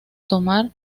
tomar